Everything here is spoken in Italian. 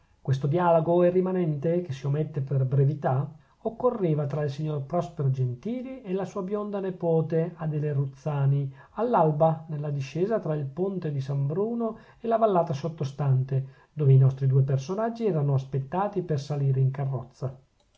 questo dialogo e il rimanente che si ommette per brevità occorreva tra il signor prospero gentili e la sua bionda nepote adele ruzzani all'alba nella discesa tra il ponte di san bruno e la vallata sottostante dove i nostri due personaggi erano aspettati per salire in carrozza